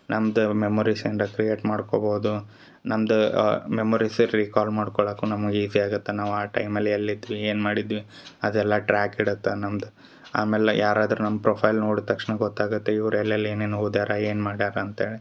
ನಮ್ದು ಮೆಮೊರೀಸ್ ಏನ್ರ ಕ್ರಿಯೇಟ್ ಮಾಡ್ಕೊಬೋದು ನಮ್ದ ಮೆಮೊರೀಸ್ ರಿಕಾಲ್ ಮಾಡ್ಕೊಳಕ್ಕೂ ನಮಗೆ ಈಝಿ ಆಗತ್ತೆ ನಾವು ಆ ಟೈಮಲ್ಲಿ ಎಲ್ಲಿದ್ವಿ ಏನು ಮಾಡಿದ್ವಿ ಅದೆಲ್ಲ ಟ್ರ್ಯಾಕ್ ಇಡತ್ತೆ ನಮ್ದು ಆಮೇಲೆ ಯಾರಾದರು ನಮ್ಮ ಪ್ರೊಫೈಲ್ ನೋಡಿದ ತಕ್ಷಣ ಗೊತ್ತಾಗತ್ತೆ ಇವ್ರು ಎಲ್ಲೆಲ್ಲಿ ಏನೇನು ಓದ್ಯಾರ ಏನು ಮಾಡ್ಯಾರ ಅಂತ್ಹೇಳಿ